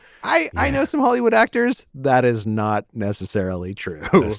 i i know some hollywood actors that is not necessarily true.